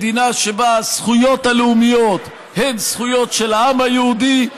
מדינה שבה הזכויות הלאומיות הן זכויות של העם היהודי,